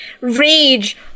rage